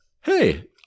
hey